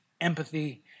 empathy